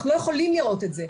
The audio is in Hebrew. אנחנו לא יכולים לראות את זה.